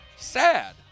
Sad